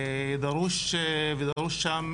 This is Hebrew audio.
ודרושה שם